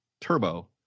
Turbo